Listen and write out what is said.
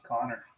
Connor